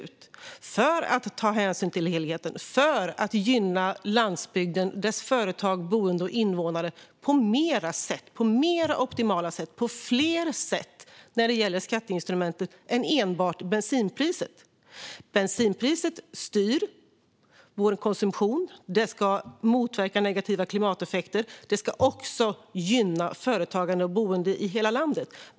Detta ska man göra för att ta hänsyn till helheten och för att gynna landsbygden, dess företag, boende och invånare på fler sätt och på mer optimala sätt när det gäller skatteinstrumentet än enbart bensinpriset. Bensinpriset styr vår konsumtion. Det ska motverka negativa klimateffekter, och det ska även gynna företagande och boende i hela landet.